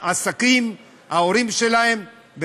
וההורים שלהם, את העסקים.